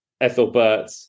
Ethelbert